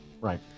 Right